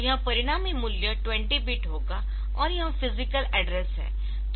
तो यह परिणामी मूल्य 20 बिट होगा और यह फिजिकल एड्रेस है